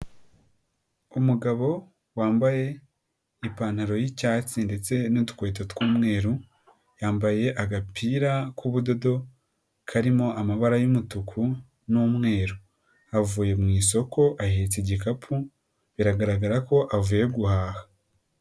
Umugabo wambaye ipantaro y'icyatsi ndetse n'udukweto tw'umweru, yambaye agapira k'ubudodo karimo amabara y'umutuku n'umweru, avuye mu isoko ahetse igikapu biragaragara ko avuye guhaha.